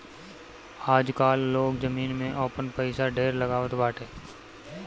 आजकाल लोग जमीन में आपन पईसा ढेर लगावत बाटे